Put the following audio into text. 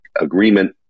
agreement